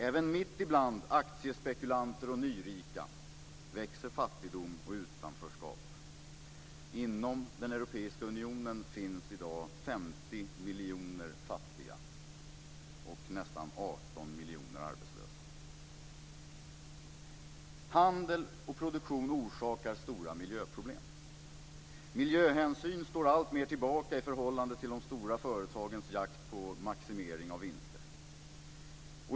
Även mitt ibland aktiespekulanter och nyrika växer fattigdom och utanförskap. Inom den europeiska unionen finns i dag 50 miljoner fattiga och nästan 18 miljoner arbetslösa. Handel och produktion orsakar stora miljöproblem. Miljöhänsyn står alltmer tillbaka i förhållande till de stora företagens jakt på maximering av vinster.